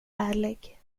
ärlig